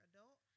Adult